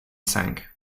sank